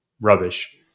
rubbish